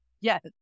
Yes